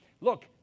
Look